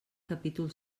capítol